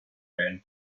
ran